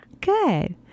Good